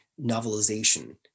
novelization